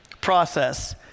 process